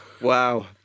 Wow